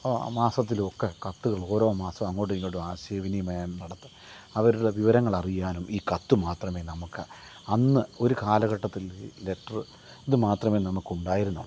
അപ്പോൾ മാസത്തിലൊക്കെ കത്തുകൾ ഓരോ മാസവും അങ്ങോട്ടും ഇങ്ങോട്ടും ആശയവിനിമയം നടത്താൻ അവരുടെ വിവരങ്ങളറിയാനും ഈ കത്ത് മാത്രമേ നമുക്ക് അന്ന് ഒര് കാലഘട്ടത്തില് ലെറ്റർ ഇത് മാത്രമേ നമുക്ക് ഉണ്ടായിരുന്നുള്ളു